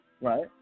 right